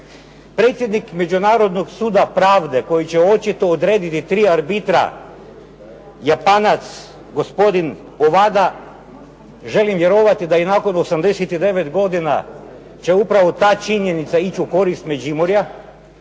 Predsjednik Međunarodnog suda pravde koji će očito odrediti tri arbitra, Japanac gospodin Ovada, želim vjerovati da i nakon 89 godina će upravo ta činjenica ići u korist Međimurja.